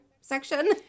section